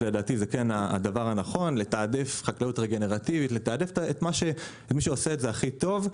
שלדעתי זה כן הדבר הנכון; לתעדף את מי שעושה את זה הכי טוב.